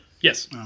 Yes